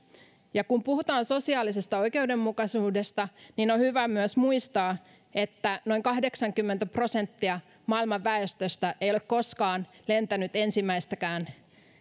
ja kun puhutaan sosiaalisesta oikeudenmukaisuudesta niin on myös hyvä muistaa että noin kahdeksankymmentä prosenttia maailman väestöstä ei ole koskaan lentänyt ensimmäistäkään